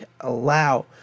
allow